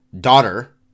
daughter